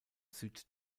süd